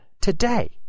today